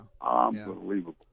Unbelievable